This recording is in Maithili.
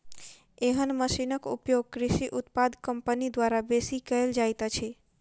एहन मशीनक उपयोग कृषि उत्पाद कम्पनी द्वारा बेसी कयल जाइत अछि